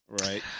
Right